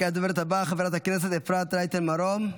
הדוברת הבאה, חברת הכנסת אפרת רייטן מרום,